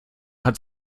hat